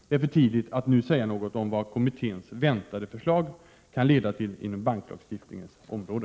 Det är för tidigt att nu säga något om vad kommitténs väntade förslag kan leda till inom banklagstiftningens område.